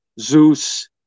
Zeus